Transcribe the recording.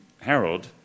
Harold